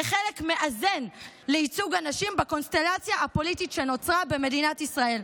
כחלק מאזן לייצוג הנשים בקונסטלציה הפוליטית שנוצרה במדינת ישראל.